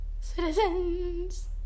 Citizens